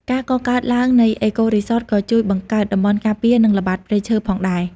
ការកកើតឡើងនៃ អេកូរីសតក៏ជួយបង្កើតតំបន់ការពារនិងល្បាតព្រៃឈើផងដែរ។